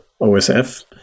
OSF